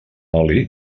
oli